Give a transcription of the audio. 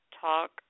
talk